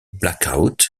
blackout